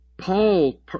Paul